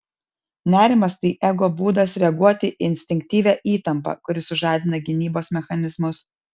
nerimas tai ego būdas reaguoti į instinktyvią įtampą kuri sužadina gynybos mechanizmus